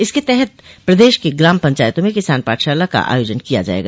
इसके तहत प्रदेश के ग्राम पंचायतों में किसान पाठशाला का आयोजन किया जायेगा